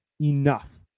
enough